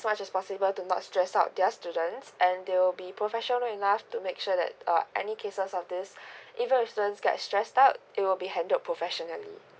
as much as possible to not stress out their students and they will be professional enough to make sure that uh any cases of this even with students get stressed out it will be handled professionally